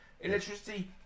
electricity